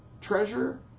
treasure